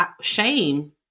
shame